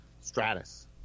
stratus